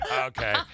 Okay